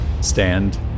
stand